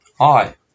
Hi